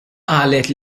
qalet